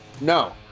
No